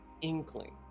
inkling